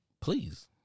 please